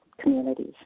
communities